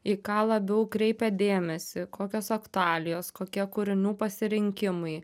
į ką labiau kreipia dėmesį kokios aktualijos kokie kūrinių pasirinkimai